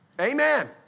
Amen